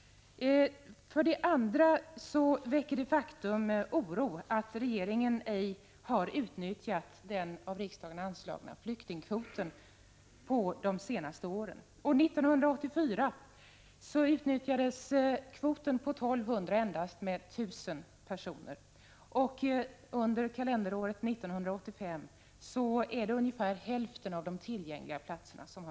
För det andra väcker det oro att regeringen ej har utnyttjat den av riksdagen anslagna flyktingkvoten under de senaste åren. År 1984 utnyttjades kvoten på 1 200 endast för 1 000 personer, och under kalenderåret 1985 utnyttjades endast hälften av de tillgängliga platserna.